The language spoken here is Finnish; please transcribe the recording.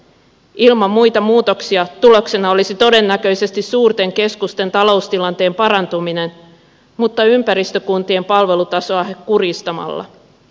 ilman muita muutoksia tuloksena olisi todennäköisesti suurten keskusten taloustilanteen parantuminen mutta ympäristökuntien palvelutasoa kurjistamalla